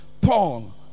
Paul